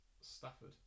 Stafford